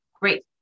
great